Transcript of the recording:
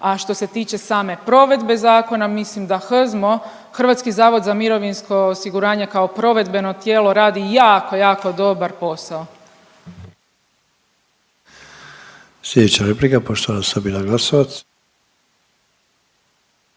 A što se tiče same provedbe zakona mislim da HZMO, Hrvatski zavod za mirovinsko osiguranje kao provedbeno tijelo radi jako, jako dobar posao.